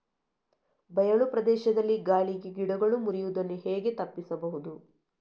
ಬಯಲು ಪ್ರದೇಶದಲ್ಲಿ ಗಾಳಿಗೆ ಗಿಡಗಳು ಮುರಿಯುದನ್ನು ಹೇಗೆ ತಪ್ಪಿಸಬಹುದು?